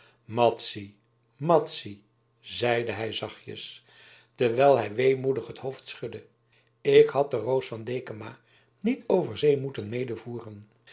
madzy madzy zeide hij zachtjes terwijl hij weemoedig het hoofd schudde ik had de roos van dekama niet over zee moeten medevoeren